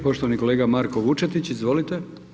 Poštovani kolega Marko Vučetić, izvolite.